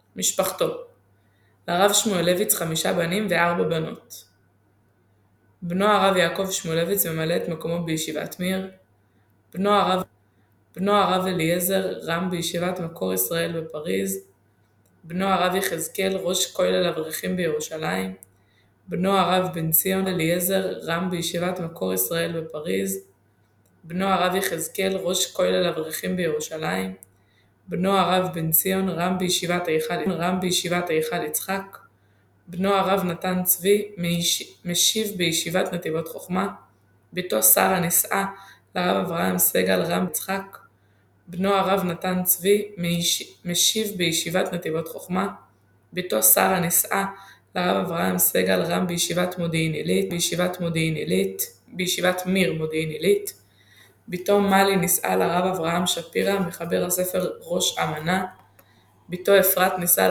בבא בתרא וכתובות נדפסו בספרי "שיעורי